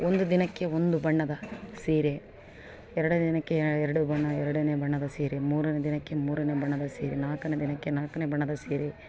ಒಂದು ದಿನಕ್ಕೆ ಒಂದು ಬಣ್ಣದ ಸೀರೆ ಎರಡನೇ ದಿನಕ್ಕೆ ಎರಡು ಬಣ್ಣ ಎರಡನೇ ಬಣ್ಣದ ಸೀರೆ ಮೂರನೇ ದಿನಕ್ಕೆ ಮೂರನೇ ಬಣ್ಣದ ಸೀರೆ ನಾಲ್ಕನೇ ದಿನಕ್ಕೆ ನಾಲ್ಕನೇ ಬಣ್ಣದ ಸೀರೆ